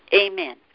Amen